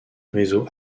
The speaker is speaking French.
réseau